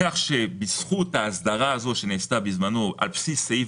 כך שבזכות ההסדרה הזאת שנעשתה בזמנו על בסיס סעיף